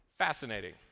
Fascinating